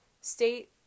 State